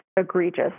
egregious